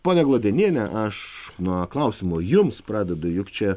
ponia glodeniene aš nuo klausimo jums pradedu juk čia